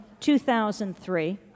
2003